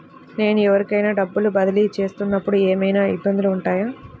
నేను ఎవరికైనా డబ్బులు బదిలీ చేస్తునపుడు ఏమయినా ఇబ్బందులు వుంటాయా?